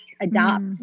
adopt